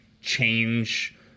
change